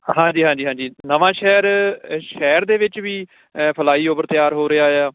ਹਾਂਜੀ ਹਾਂਜੀ ਹਾਂਜੀ ਨਵਾਂਸ਼ਹਿਰ ਸ਼ਹਿਰ ਦੇ ਵਿੱਚ ਵੀ ਫਲਾਈਓਵਰ ਤਿਆਰ ਹੋ ਰਿਹਾ ਆ